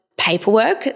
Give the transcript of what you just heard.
paperwork